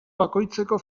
bakoitzeko